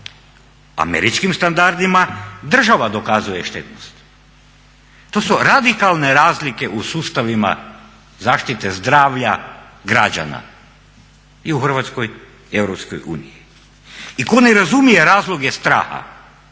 američkim standardima država dokazuje štetnost. To su radikalne razlike u sustavima zaštite zdravlja građana i u Hrvatskoj i u EU. I tko ne razumije razloge straha,